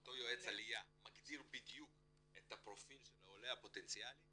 אותו יועץ עליה מגדיר בדיוק את הפרופיל של העולה הפוטנציאלי